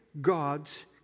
God's